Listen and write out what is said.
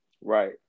Right